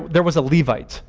there was a levite